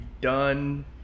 done